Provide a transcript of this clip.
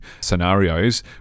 scenarios